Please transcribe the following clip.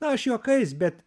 na aš juokais bet